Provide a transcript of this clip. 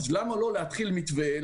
למה לא להתחיל מתווה,